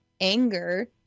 anger